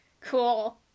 cool